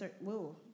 Whoa